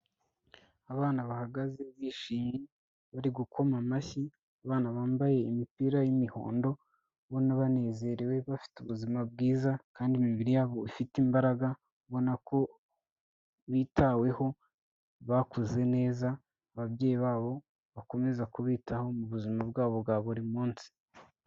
Abana bahagaze bishimye bari gukoma amashyi, abana bambaye imipira y'imihondo ubona banezerewe bafite ubuzima bwiza kandi imibiri yabo ifite imbaraga, ubona ko bitaweho bakuze neza ababyeyi babo bakomeza kubitaho mu buzima bwabo bwa buri munsi.